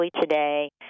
today